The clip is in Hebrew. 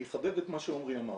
אני אחדד את מה שעומרי אמר